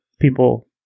people